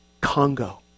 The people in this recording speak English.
Congo